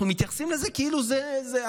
אנחנו מתייחסים לזה כאילו זה,